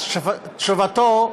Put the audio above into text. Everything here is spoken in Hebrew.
אז תשובתו,